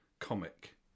Comic